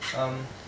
um